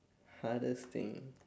hardest thing